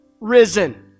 risen